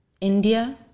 India